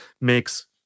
makes